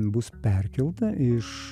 bus perkelta iš